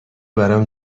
برام